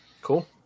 Cool